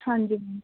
ਹਾਂਜੀ ਮੈਮ